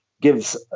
gives